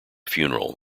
funeral